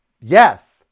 Yes